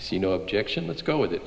see no objection let's go with it